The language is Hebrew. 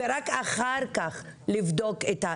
ורק אחר כך לבדוק את.